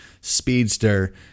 speedster